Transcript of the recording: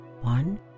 one